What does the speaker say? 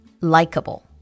likable